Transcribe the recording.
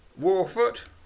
Warfoot